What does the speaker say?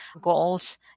goals